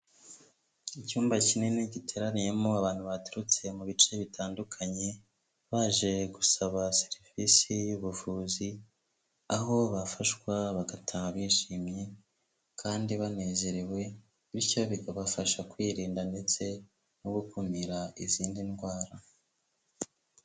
Icyumba kinini giteraniyemo abantu baturutse mu bice bitandukanye, baje gusaba serivisi y'ubuvuzi, aho bafashwa bagataha bishimye kandi banezerewe, bityo bikabafasha kwirinda ndetse no gukumira izindi ndwara.